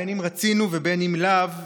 בין אם רצינו ובין אם לאו,